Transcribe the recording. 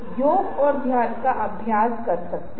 आपके पास sans serif पाठ है